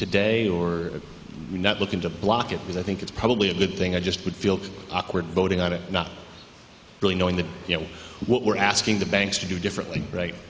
today or we're not looking to block it because i think it's probably a good thing i just would feel awkward voting on it not really knowing that you know what we're asking the banks to do differently right